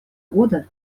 года